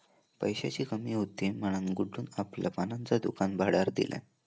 पैशाची कमी हुती म्हणान गुड्डून आपला पानांचा दुकान भाड्यार दिल्यान